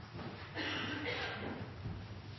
det, er jeg